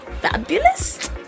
fabulous